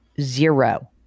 Zero